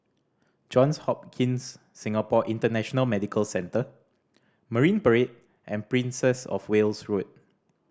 Johns Hopkins Singapore International Medical Centre Marine Parade and Princess Of Wales Road